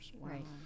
Right